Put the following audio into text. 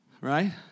Right